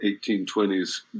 1820s